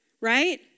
right